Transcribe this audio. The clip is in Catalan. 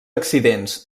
accidents